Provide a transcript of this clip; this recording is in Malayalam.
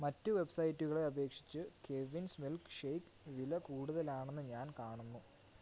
മറ്റു വെബ്സൈറ്റുകളെ അപേക്ഷിച്ച് കെവിൻസ് മിൽക്ക്ശേക്ക് വില കൂടുതലാണെന്ന് ഞാൻ കാണുന്നു